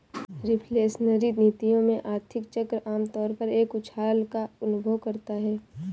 reflationary नीतियों में, आर्थिक चक्र आम तौर पर एक उछाल का अनुभव करता है